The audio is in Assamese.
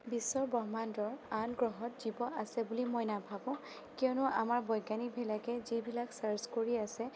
বিশ্বব্ৰহ্মাণ্ডৰ আন গ্ৰহত জীৱ আছে বুলি মই নাভাবোঁ কিয়নো আমাৰ বৈজ্ঞানিকবিলাকে যিবিলাক চাৰ্ছ কৰি আছে